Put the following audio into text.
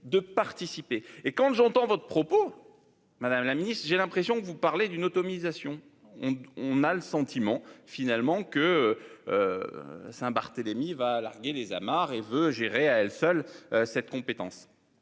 de participer et quand j'entends votre propos Madame la Ministre j'ai l'impression que vous parlez d'une automatisation. On a le sentiment finalement que. Saint-Barthélemy. Va larguer les amarres et veut gérer à elle seule cette compétence